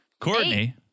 Courtney